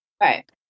right